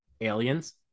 aliens